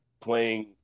playing